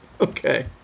Okay